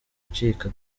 acika